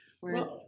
Whereas